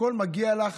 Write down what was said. הכול מגיע לך